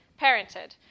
parented